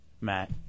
Matt